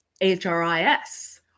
HRIS